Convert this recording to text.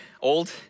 old